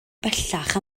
bellach